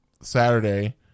Saturday